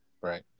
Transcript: Right